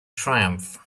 triumph